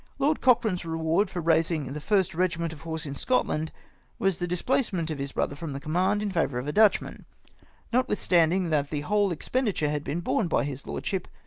lord coch rane's reward for raising the first regiment of horse in scotland was the displacement of his brother from the command, in favour of a dutchman notwith standing that the whole expenditure had been borne by his lordship,